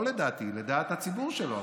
לא לדעתי, לדעת הציבור שלו.